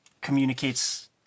communicates